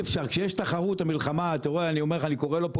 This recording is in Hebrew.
כשיש תחרות המלחמה אני קורא לו פה